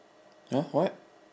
!huh! what